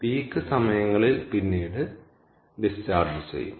peak സമയങ്ങളിൽ പിന്നീട് discharge ചെയ്യും